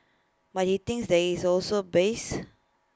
but he thinks there is also bias